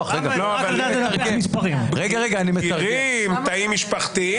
רגע --- תאים משפחתיים.